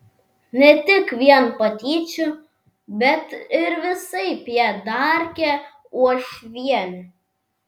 ne tik vien patyčių bet ir visaip ją darkė uošvienė